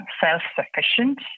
self-sufficient